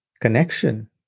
connection